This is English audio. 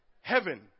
Heaven